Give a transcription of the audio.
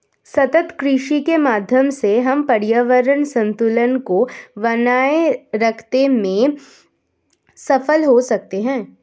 सतत कृषि के माध्यम से हम पर्यावरण संतुलन को बनाए रखते में सफल हो सकते हैं